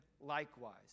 likewise